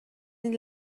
این